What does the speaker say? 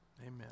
Amen